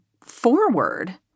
forward